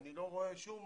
אני לא רואה שום